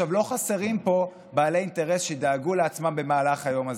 לא חסרים פה בעלי אינטרס שדאגו לעצמם במהלך היום הזה.